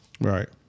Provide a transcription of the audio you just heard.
right